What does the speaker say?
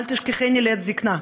אל תשכחני לעת זיקנה,